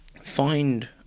find